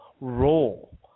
role